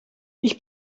ich